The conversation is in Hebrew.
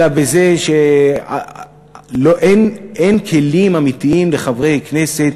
אלא בזה שאין כלים אמיתיים לחברי כנסת